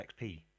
XP